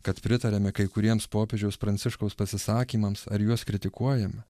kad pritariame kai kuriems popiežiaus pranciškaus pasisakymams ar juos kritikuojame